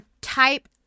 type